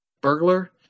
burglar